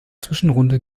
zwischenrunde